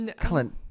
Colin